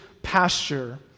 pasture